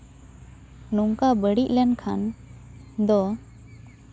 ᱱᱚᱝᱠᱟ ᱵᱟᱹᱲᱤᱡ ᱞᱮᱱᱠᱷᱟᱱ ᱫᱚ